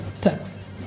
tax